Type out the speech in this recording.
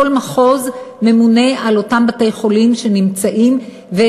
וכל מחוז ממונה על אותם בתי-חולים שנמצאים בו,